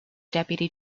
deputy